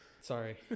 Sorry